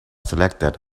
selected